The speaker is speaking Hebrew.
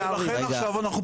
ולכן עכשיו אנחנו פועלים.